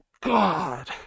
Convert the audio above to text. God